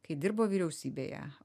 kai dirbo vyriausybėje